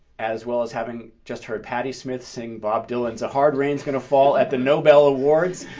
as well as having just heard patti smith sing bob dylan's a hard rain is going to fall at the nobel awards,